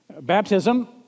Baptism